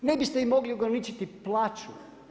Ne biste im mogli ograničiti plaću.